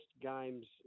games